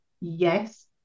Yes